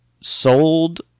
sold